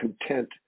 content